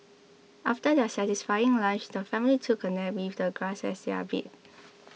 after their satisfying lunch the family took a nap with the grass as their bed